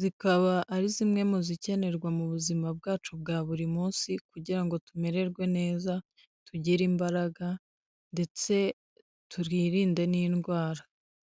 zikaba ari zimwe mu zikenerwa mu buzima bwacu bwa buri munsi, kugira ngo tumererwe neza tugire imbaraga, ndetse twirinde n'indwara.